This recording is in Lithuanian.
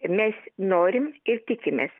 mes norim ir tikimės